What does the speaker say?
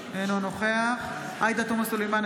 אינו נוכח עאידה תומא סלימאן,